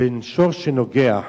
בין שור שנוגח